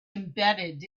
embedded